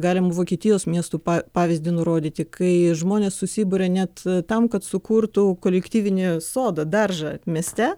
galim vokietijos miestų pavyzdį nurodyti kai žmonės susiburia net tam kad sukurtų kolektyvinį sodą daržą mieste